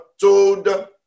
told